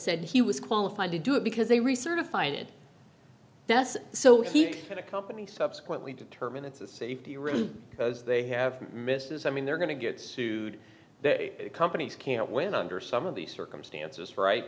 said he was qualified to do it because they recertify it that's so here that a company subsequently determine it's a safety risk because they have missed it i mean they're going to get sued the companies can't wait under some of these circumstances right